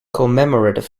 commemorative